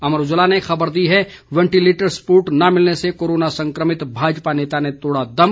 अमर उजाला ने खबर दी है वेंटिलेटर स्पोर्ट न मिलने से कोरोना संक्रमित भाजपा नेता ने तोड़ दम